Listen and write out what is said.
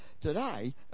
today